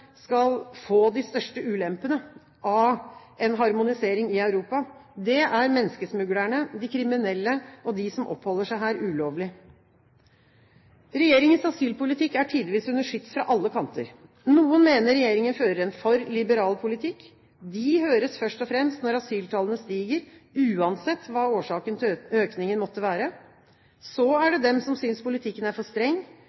skal få de største ulempene ved en harmonisering i Europa, er menneskesmuglerne, de kriminelle og de som oppholder seg her ulovlig. Regjeringens asylpolitikk er tidvis under skyts fra alle kanter. Noen mener regjeringen fører en for liberal politikk. De høres først og fremst når asyltallene stiger, uansett hva årsaken til økningen måtte være. Så er